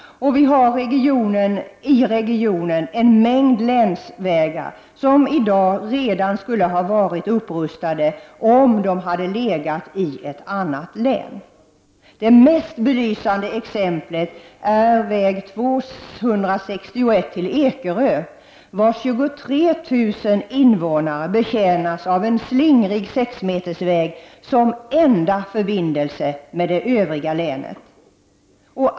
Vi har i regionen en mängd länsvägar som redan i dag skulle ha varit upprustade om de legat i ett annat län. Det mest belysande exemplet är väg 261 till Ekerö, vars 23 000 invånare betjänas av en slingrig sexmetersväg som enda förbindelse med det övriga länet.